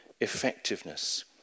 effectiveness